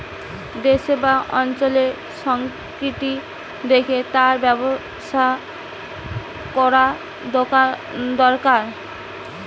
দেশের বা অঞ্চলের সংস্কৃতি দেখে তার ব্যবসা কোরা দোরকার